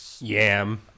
Yam